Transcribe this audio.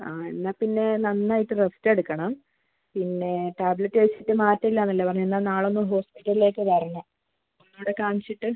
ആ എന്നാൽ പിന്നെ നന്നായിട്ട് റസ്റ്റ് എടുക്കണം പിന്നെ ടാബ്ലറ്റ് കഴിച്ചിട്ട് മാറ്റം ഇല്ലെന്ന് അല്ലേ പറഞ്ഞത് നാളെ ഒന്ന് ഹോസ്പിറ്റലിലേക്ക് വരണം ഒന്നുകൂടെ കാണിച്ചിട്ട്